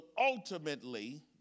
ultimately